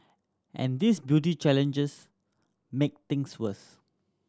and these beauty challenges make things worse